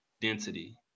density